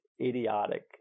idiotic